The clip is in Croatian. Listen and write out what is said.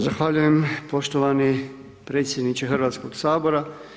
Zahvaljujem poštovani predsjedniče Hrvatskog sabora.